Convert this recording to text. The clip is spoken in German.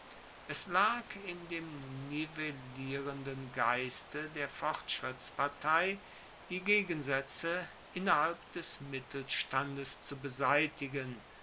es lag in dem nivellierenden geiste der fortschrittspartei die gegensaetze innerhalb des mittelstandes zu beseitigen